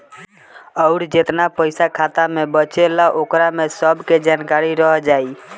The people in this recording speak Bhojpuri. अउर जेतना पइसा खाता मे बचेला ओकरा में सब के जानकारी रह जाइ